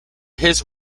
his